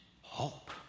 hope